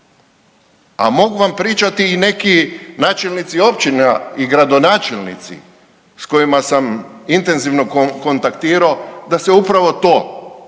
a mogu vam pričati i neki načelnici općina i gradonačelnici s kojima sam intenzivno kontaktirao da se upravo to događa